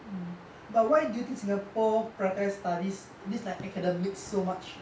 mm but why do you think singapore prioritize studies this like academics so much